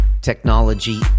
technology